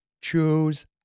Choose